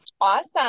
awesome